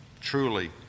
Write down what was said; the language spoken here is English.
Truly